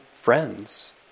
friends